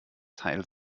teil